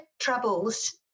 troubles